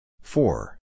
four